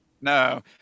No